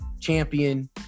champion